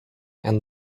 and